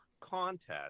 contest